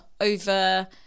over